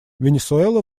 венесуэла